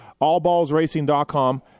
AllBallsRacing.com